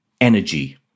energy